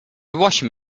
washing